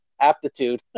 aptitude